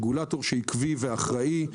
כרגולטור עקבי ואחראי.